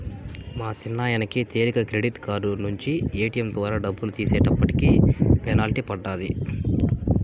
మా సిన్నాయనకి తెలీక క్రెడిట్ కార్డు నించి ఏటియం ద్వారా డబ్బులు తీసేటప్పటికి పెనల్టీ పడ్డాది